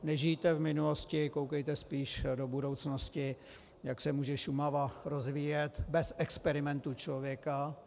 Nežijte v minulosti, koukejte spíš do budoucnosti, jak se může Šumava rozvíjet bez experimentů člověka.